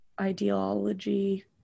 ideology